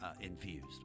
infused